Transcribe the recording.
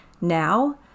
now